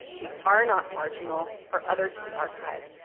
we are not marginal or other to the archive,